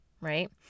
right